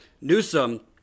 Newsom